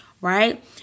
right